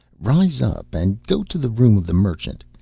rise up and go to the room of the merchant,